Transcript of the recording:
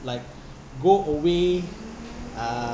like go away uh